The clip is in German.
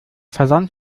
versand